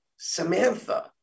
samantha